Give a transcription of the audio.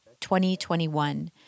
2021